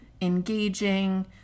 engaging